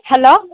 hello